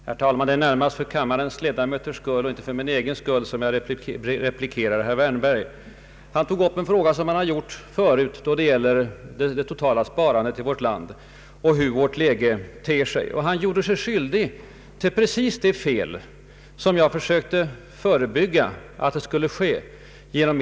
Herr talman! Det är närmast för kammarens ledamöters skull och inte för min egen som jag replikerar herr Wärnberg. Herr Wärnberg tog, liksom han gjort tidigare, upp frågan om det totala sparandet i vårt land och hur vårt läge ter sig. Han gjorde sig skyldig till precis det felslut som jag genom mitt första anförande försökte förebygga.